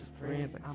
friends